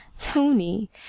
Tony